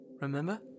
Remember